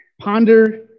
ponder